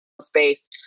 space